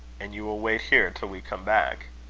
and you will wait here till we come back?